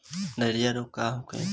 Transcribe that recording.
Diarrhoea रोग का होखे?